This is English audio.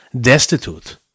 destitute